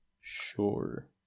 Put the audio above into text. sure